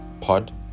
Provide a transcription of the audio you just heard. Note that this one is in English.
pod